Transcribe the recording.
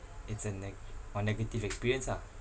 it's a neg~ or negative experience ah